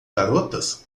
garotas